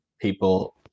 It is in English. people